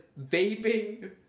vaping